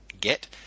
get